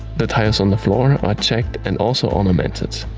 the tiles on the floor are checked and also ornamented.